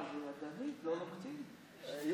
אז אנחנו נעביר את זה,